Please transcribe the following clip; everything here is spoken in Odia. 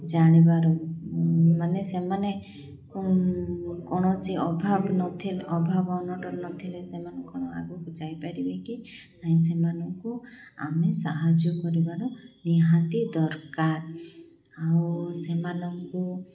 ଜାଣିବାରୁ ମାନେ ସେମାନେ କୌଣସି ଅଭାବ ନଥିଲେ ଅଭାବ ଅନଟନ ନଥିଲେ ସେମାନେ କ'ଣ ଆଗକୁ ଯାଇପାରିବେ କି ନାଇଁ ସେମାନଙ୍କୁ ଆମେ ସାହାଯ୍ୟ କରିବାର ନିହାତି ଦରକାର ଆଉ ସେମାନଙ୍କୁ